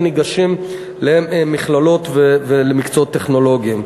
שניגשים למכללות ולמקצועות טכנולוגיים.